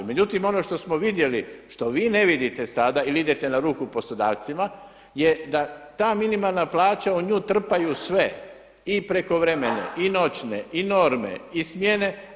Međutim, ono što smo vidjeli što vi ne vidite sada jer idete na ruku poslodavcima je da ta minimalna plaća u nju trpaju sve i prekovremene i noćne i norme i smjene.